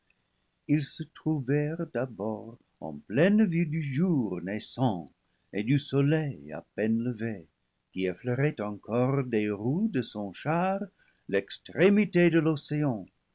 ils se trouvèrent d'abord en pleine vue du jour naissant et du soleil à peine levé qui effleurait encore des roues de son char l'extrémité de l'océan